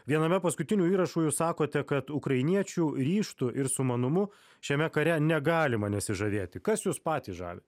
viename paskutinių įrašų jūs sakote kad ukrainiečių ryžtu ir sumanumu šiame kare negalima nesižavėti kas jus patį žavi